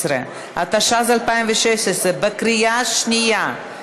16), התשע"ז 2016, בקריאה שנייה.